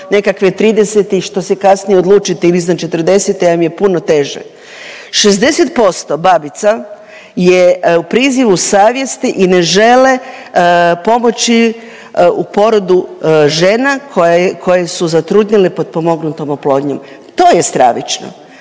nekakvih 30-tih što se kasnije odlučite iznad 40 vam je puno teže. 60% babica je u prizivu savjesti i ne žele pomoći u porodu žena koje su zatrudnjele potpomognutom oplodnjom. To je stravično.